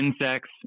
insects